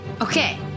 okay